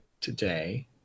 Today